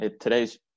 Today's